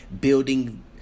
building